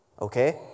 okay